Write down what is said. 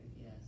yes